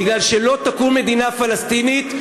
כי לא תקום מדינה פלסטינית,